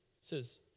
says